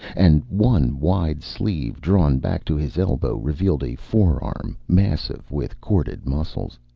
and one wide sleeve, drawn back to his elbow, revealed a forearm massive with corded muscles.